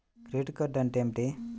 Credit card అంటే ఏమిటి?